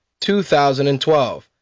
2012